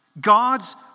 God's